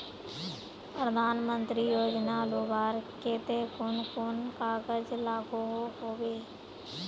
प्रधानमंत्री योजना लुबार केते कुन कुन कागज लागोहो होबे?